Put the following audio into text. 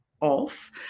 off